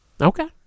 Okay